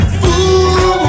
fool